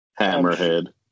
Hammerhead